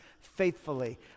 faithfully